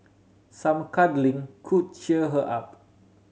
some cuddling could cheer her up